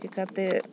ᱪᱤᱠᱟᱹᱛᱮ